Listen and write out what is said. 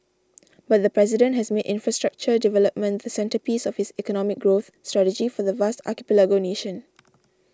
but the president has made infrastructure development the centrepiece of his economic growth strategy for the vast archipelago nation